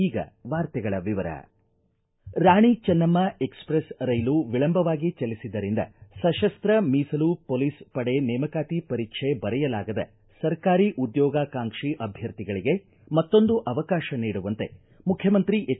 ಈಗ ವಾರ್ತೆಗಳ ವಿವರ ರಾಣಿ ಚನ್ನಮ್ನ ಎಕ್ಸಪ್ರೆಸ್ ರೈಲು ವಿಳಂಬವಾಗಿ ಚಲಿಸಿದ್ದರಿಂದ ಸಶಸ್ತ ಮೀಸಲು ಮೊಲೀಸ್ ಪಡೆ ನೇಮಕಾತಿ ಪರೀಕ್ಷೆ ಬರೆಯಲಾಗದ ಸರ್ಕಾರಿ ಉದ್ಯೋಗಾಕಾಂಕ್ಷಿ ಅಭ್ಯರ್ಥಿಗಳಿಗೆ ಮತ್ತೊಂದು ಅವಕಾಶ ನೀಡುವಂತೆ ಮುಖ್ಯಮಂತ್ರಿ ಎಚ್